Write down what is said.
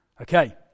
Okay